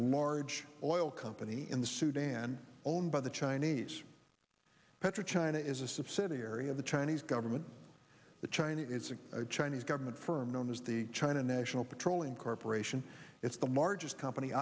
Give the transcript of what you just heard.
large oil company in the sudan owned by the chinese petro china is a subsidiary of the chinese government to china it's a chinese government firm known as the china national petroleum corporation it's the largest company